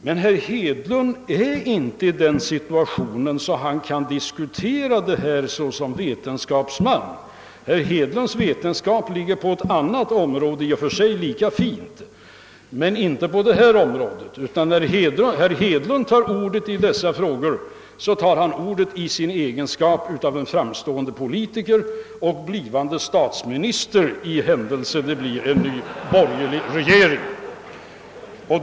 Men herr Hedlund är inte i den situationen att han kan diskutera dessa frågor som vetenskapsman; herr Hedlunds vetenskap ligger på ett annat, i och för sig lika fint område. När han tar ordet i dessa frågor gör han det i egenskap av framstående politiker — och blivande statsminister, för den händelse att vi får en borgerlig regering.